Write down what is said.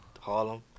Harlem